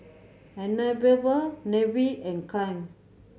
Anabel Leif and Kalyn